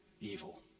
evil